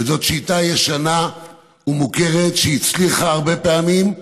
וזאת שיטה ישנה ומוכרת, שהצליחה הרבה פעמים,